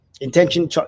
intention